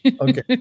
Okay